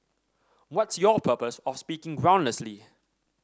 what's your purpose of speaking groundlessly